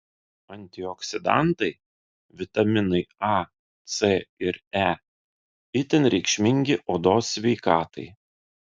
antioksidantai vitaminai a c ir e itin reikšmingi odos sveikatai